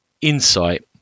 insight